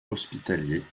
hospitaliers